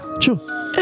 True